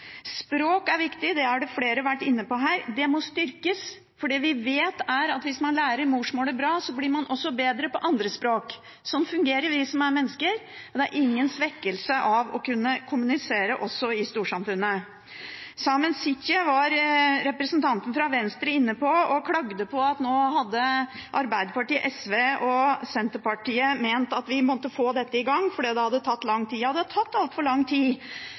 Språk er viktig, det har flere vært inne på her. Det må styrkes, for det vi vet, er at hvis man lærer morsmålet bra, blir man også bedre i andre språk. Sånn fungerer vi som mennesker. Dette gir ingen svekkelse for å kunne kommunisere også i storsamfunnet. Representanten fra Venstre var inne på Saemien Sijte, og han klagde på at nå hadde Arbeiderpartiet, SV og Senterpartiet ment at man må få dette i gang, for det har tatt for lang tid. Det har tatt altfor lang tid,